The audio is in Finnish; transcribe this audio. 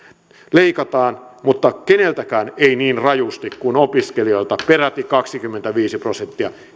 leikataan mutta itse asiassa keneltäkään ei niin rajusti kuin opiskelijoilta peräti kaksikymmentäviisi prosenttia